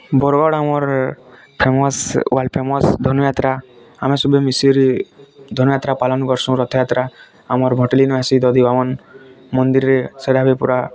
ବରଗଡ଼ ଆମର୍ famous world famous Dhanu Yatra ଆମେ ସବୁ ମିଶିକିରି ଧନୁଯାତ୍ରା ପାଳନ କରସୁ ରଥଯାତ୍ରା ଆମର୍ ଭଟଳି ନ ଅସି ଦଧିବାମନ ମନ୍ଦିର୍ରେ ସେଇଟା ବି ପୁରା